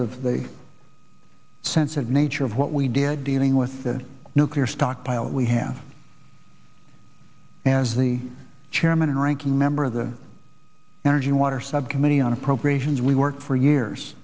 of the sensitive nature of what we did dealing with the nuclear stockpile we have as the chairman and ranking member of the energy water subcommittee on appropriations we worked for years